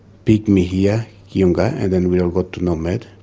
pick me here kiunga and then we'll go to nomad,